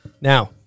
Now